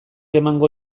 emango